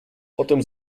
potem